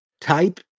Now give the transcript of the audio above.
type